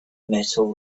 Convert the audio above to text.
metal